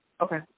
Okay